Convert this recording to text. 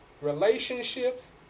relationships